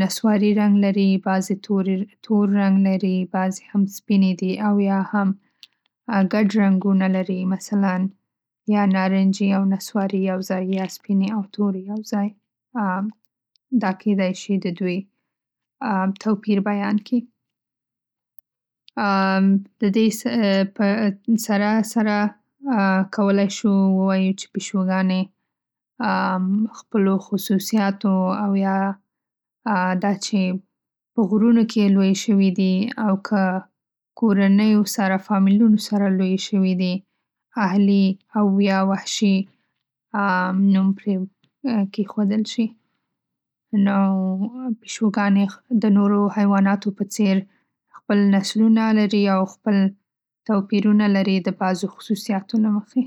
نصواري رنګ لري، بعضې تورې تور رنګ لري، بعضې سپینې دي او یا هم ګډ رنګونه لري مثلا یا نارنجي او نصواري یو ځای او یا تورې او سپینې یو ځای دا کېدای شي د دوی توپیر بیان کيږ د دې په سره سره کولای شو ووایو چې پیشو ګانې خپلو خصوصیاتو او یا دا چې په غرونو کې لویې شوي دي او که کورنیو سره فامیلونو سره لویې شوي دي اهلي‌ او یا وحشي‌ نوم پری کېښودل شي. نو پیشوګانې د نورو حیواناتو په څېر خپل نسلونه لري او خپل توپیرونه لري د بعضو خصوصیاتو له مخې.